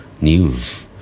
news